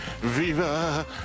Viva